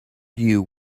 you